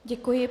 Děkuji.